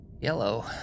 yellow